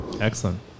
Excellent